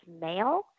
male